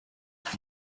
ese